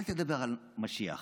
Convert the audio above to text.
אל תדבר על המשיח.